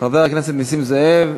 חבר הכנסת נסים זאב,